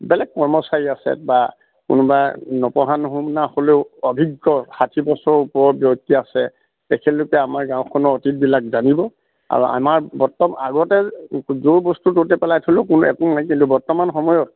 বেলেগ কৰ্মচাৰী আছে বা কোনোবা নপঢ়া নুশুনা হ'লেও অভিজ্ঞ ষাঠি বছৰ ওপৰত ব্যক্তি আছে তেখেতলোকে আমাৰ গাঁওখনৰ অতীতবিলাক জানিব আৰু আমাৰ বৰ্তমান আগতে যোৰ বস্তুটো তােত পেলাই থলোঁ কোনো একো নিছিলে বৰ্তমান সময়ত